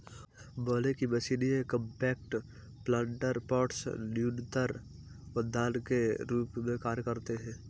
बोने की मशीन ये कॉम्पैक्ट प्लांटर पॉट्स न्यूनतर उद्यान के रूप में कार्य करते है